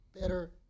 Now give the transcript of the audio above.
better